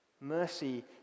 Mercy